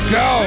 go